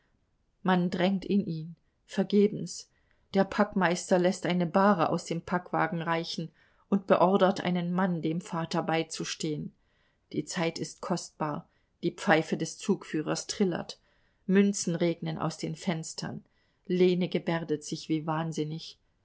man drängt in ihn vergebens der packmeister läßt eine bahre aus dem packwagen reichen und beordert einen mann dem vater beizustehen die zeit ist kostbar die pfeife des zugführers trillert münzen regnen aus den fenstern lene gebärdet sich wie wahnsinnig